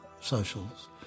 socials